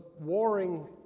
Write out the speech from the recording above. warring